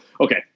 Okay